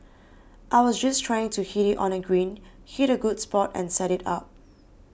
I was just trying to hit it on the green hit a good shot and set it up